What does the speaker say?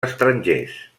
estrangers